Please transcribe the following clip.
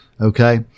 Okay